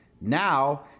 Now